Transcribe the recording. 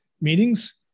meetings